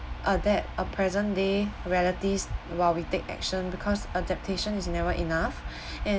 adept a present day realities while we take action because a temptation is never enough and